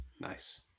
Nice